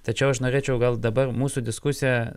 tačiau aš norėčiau gal dabar mūsų diskusijose